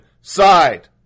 side